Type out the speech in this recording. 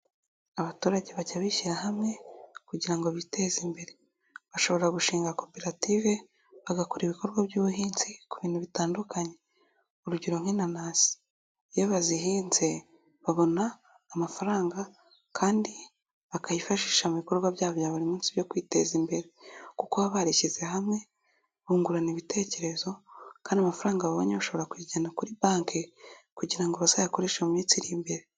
Abaturage bajya bishyira hamwe kugira ngo biteze imbere bashobora gushinga koperative bagakora ibikorwa by'ubuhinzi ku bintu bitandukanye urugero nk'inanasi iyo bazihinze babona amafaranga kandi bakayifashisha mu bikorwa byabo bya buri munsi byo kwiteza imbere kuko baba barishyize hamwe bungurana ibitekerezo kandi amafaranga babonye bashobora kuyajyana kuri banki kugira ngo bazayakoreshe mu minsi iri imbere.